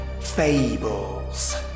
fables